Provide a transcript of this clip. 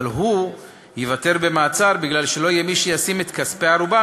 אבל הוא ייוותר במעצר משום שלא יהיה מי שישים את כספי הערובה,